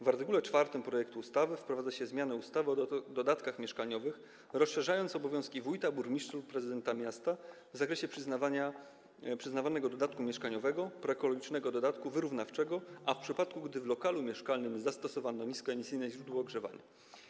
W art. 4 projektu ustawy wprowadza się zmianę ustawy o dodatkach mieszkaniowych, rozszerzając obowiązki wójta, burmistrza i prezydenta miasta w zakresie przyznawania dodatku mieszkaniowego, proekologicznego dodatku wyrównawczego, w przypadku gdy w lokalu mieszkalnym zastosowano niskoemisyjne źródło ogrzewania.